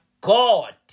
God